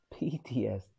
PTSD